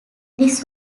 this